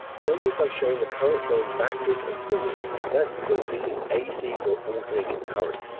notice i've shown the current flowing backwards and forwards. that's because this is ac or alternating current.